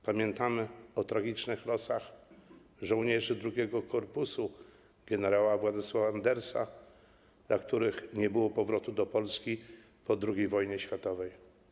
Pamiętamy o tragicznych losach żołnierzy 2. korpusu gen. Władysława Andersa, dla których nie było powrotu do Polski po II wojnie światowej.